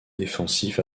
défensif